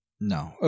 No